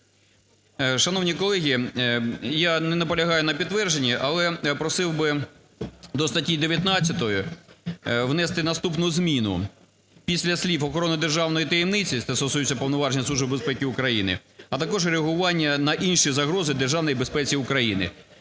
Шановні колеги, я не наполягаю на підтвердженні, але просив би до статті 19 внести наступну зміну: після слів "охорона державної таємниці", що стосується повноважень Служби безпеки України, а також реагування на інші загрози державній безпеці України.